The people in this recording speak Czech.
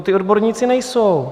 Ti odborníci nejsou.